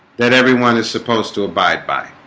that everyone is supposed to abide by